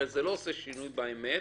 הרי זה לא עושה שינוי באמת,